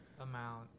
amount